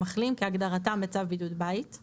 "מחלים" - כהגדרתם בצו בידוד בית";